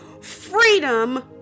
freedom